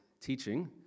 teaching